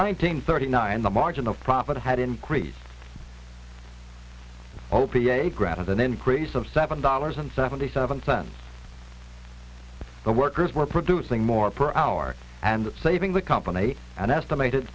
nineteen thirty nine the margin of profit had increased o p a grant of an increase of seven dollars and seventy seven cents the workers were producing more per hour and saving the company an estimated